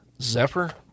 Zephyr